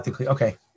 Okay